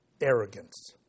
arrogance